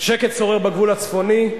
שקט שורר בגבול הצפוני,